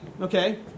okay